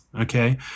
Okay